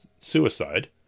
suicide